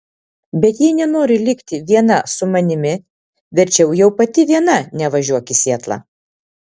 bet jei nenori likti viena su manimi verčiau jau pati viena nevažiuok į sietlą